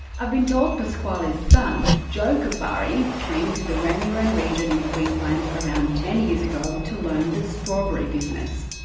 i've been told pasquale's son joe cufari came to the wamuran region in queensland around ten years ago to learn the strawberry business.